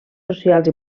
socials